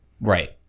Right